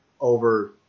over